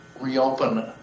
reopen